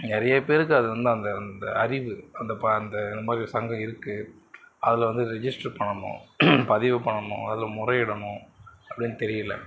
நிறைய பேருக்கு அது வந்து அந்த அந்த அறிவு அந்த அந்த அந்த மாதிரி ஒரு சங்கம் இருக்கு அதில் வந்து ரிஜிஸ்டர் பண்ணணும் பதிவு பண்ணணும் அதில் முறையிடணும் அப்படின்னு தெரியல